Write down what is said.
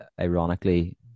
ironically